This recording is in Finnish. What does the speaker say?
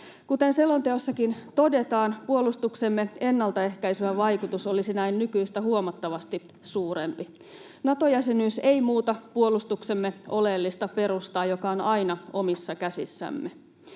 Kuten selonteossakin todetaan, puolustuksemme ennalta ehkäisevä vaikutus olisi näin nykyistä huomattavasti suurempi. Nato-jäsenyys ei muuta puolustuksemme oleellista perustaa, joka on aina omissa käsissämme.